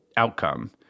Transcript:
Outcome